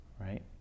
right